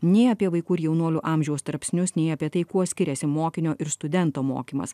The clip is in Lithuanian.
nei apie vaikų ir jaunuolių amžiaus tarpsnius nei apie tai kuo skiriasi mokinio ir studento mokymas